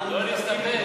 לא, נסתפק.